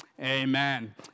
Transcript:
amen